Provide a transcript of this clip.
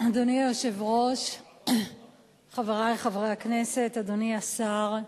אדוני היושב-ראש, חברי חברי הכנסת, אדוני השר,